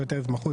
יותר התמחות,